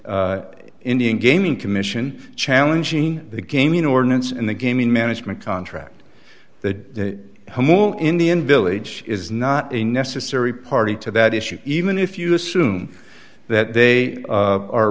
indian gaming commission challenging the gaming ordinance in the gaming management contract that whole indian village is not a necessary party to that issue even if you assume that they